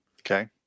Okay